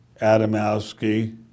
Adamowski